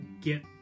get